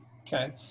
Okay